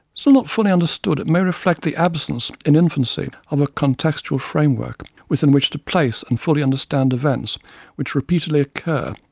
still not fully understood, it may reflect the absence in infancy of a contextual framework within which to place and fully understand events which repeatedly occur.